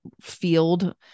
field